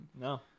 No